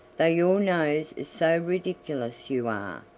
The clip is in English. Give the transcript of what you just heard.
though your nose is so ridiculous you are,